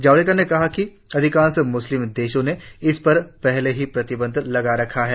जावड़ेकर ने कहा कि अधिकांश मुस्लिम देशों ने इस पर पहले ही प्रतिबंध लगा रखा है